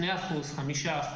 2%, 5%,